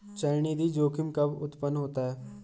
चलनिधि जोखिम कब उत्पन्न होता है?